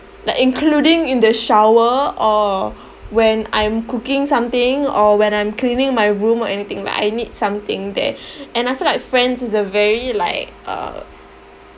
like including in the shower or when I'm cooking something or when I'm cleaning my room or anything like I need something there and I feel like friends is a very like uh